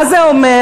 מה זה אומר?